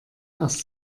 erst